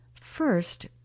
first